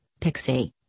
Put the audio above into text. Pixie